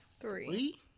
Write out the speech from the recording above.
Three